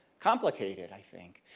complicated i think.